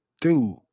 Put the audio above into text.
dude